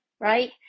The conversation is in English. right